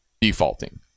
defaulting